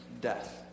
death